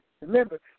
Remember